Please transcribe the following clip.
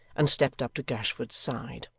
and stepped up to gashford's side.